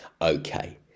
Okay